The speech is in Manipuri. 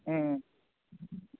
ꯎꯝ